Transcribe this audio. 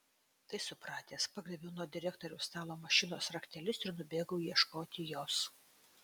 tai supratęs pagriebiau nuo direktoriaus stalo mašinos raktelius ir nubėgau ieškoti jos